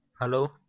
Hello